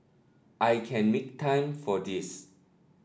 I can make time for this